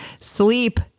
sleep